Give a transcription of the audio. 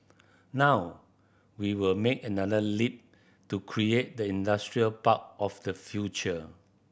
now we will make another leap to create the industrial park of the future